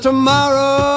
Tomorrow